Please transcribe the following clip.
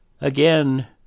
again